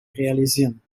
realisieren